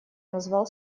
назвал